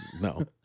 no